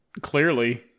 Clearly